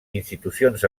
institucions